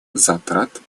затрат